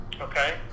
Okay